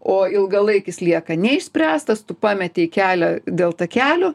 o ilgalaikis lieka neišspręstas tu pametei kelią dėl takelio